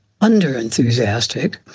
under-enthusiastic